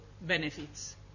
benefits